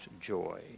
joy